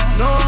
no